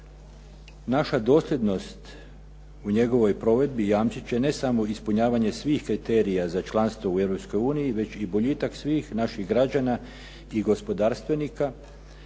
Naša dosljednost u njegovoj provedbi jamčit će ne samo ispunjavanje svih kriterija za članstvo u Europskoj uniji već i boljitak svih naših građana i gospodarstvenika